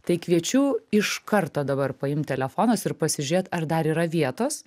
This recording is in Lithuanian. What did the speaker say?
tai kviečiu iš karto dabar paimt telefonus ir pasižiūrėt ar dar yra vietos